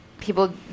people